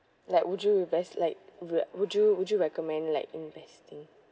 like would you invest like would you would you recommend like investing